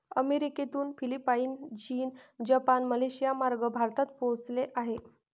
अमेरिकेतून फिलिपाईन, चीन, जपान, मलेशियामार्गे भारतात पोहोचले आहे